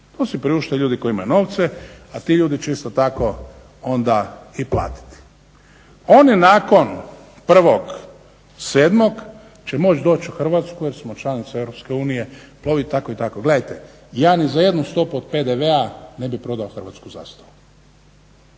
to si priušte ljudi koji imaju novce, a ti ljudi će isto tako onda i platiti. Oni nakon 1.7. će moći doći u Hrvatsku jer smo članica Europske unije ploviti tako i tako. Gledajte ja ni za jednu stopu od PDV-a ne bi prodao hrvatsku zastavu,